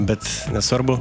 bet nesvarbu